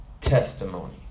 testimony